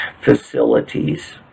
facilities